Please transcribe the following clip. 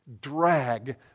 drag